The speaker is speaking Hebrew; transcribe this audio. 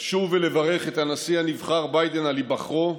לשוב ולברך את הנשיא הנבחר ביידן על היבחרו,